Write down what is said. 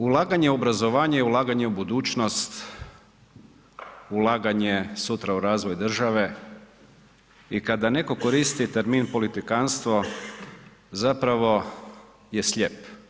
Ulaganje u obrazovanje je ulaganje u budućnost, ulaganje sutra u razvoj države i kada netko koristi termin politikantstvo zapravo je slijep.